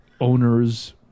owners